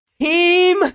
Team